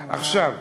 אוהה.